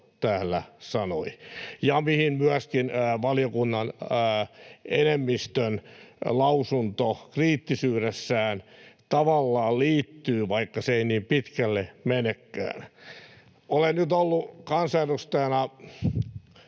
täällä sanoi ja mihin myöskin valiokunnan enemmistön lausunto kriittisyydessään tavallaan liittyy, vaikka se ei niin pitkälle menekään. Olen nyt ollut kansanedustajana